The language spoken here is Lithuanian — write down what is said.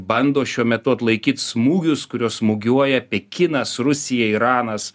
bando šiuo metu atlaikyti smūgius kuriuos smūgiuoja pekinas rusija iranas